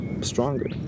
stronger